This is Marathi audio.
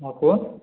हा कोण